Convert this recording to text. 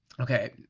okay